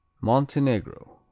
Montenegro